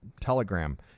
telegram